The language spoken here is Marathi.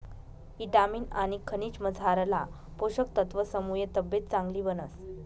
ईटामिन आनी खनिजमझारला पोषक तत्वसमुये तब्येत चांगली बनस